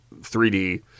3D